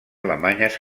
alemanyes